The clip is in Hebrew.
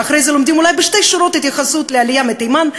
ואחרי זה לומדים אולי בשתי שורות על העלייה מתימן,